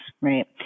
right